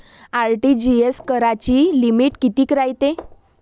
RTGS कराची limit कितीक रायते?